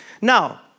Now